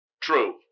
True